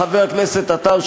חבר הכנסת עטר,